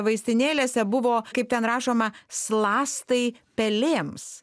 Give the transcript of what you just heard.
vaistinėlėse buvo kaip ten rašoma slastai pelėms